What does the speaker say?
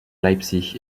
leipzig